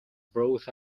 brought